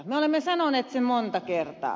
me olemme sanoneet sen monta kertaa